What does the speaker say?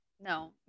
No